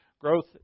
Growth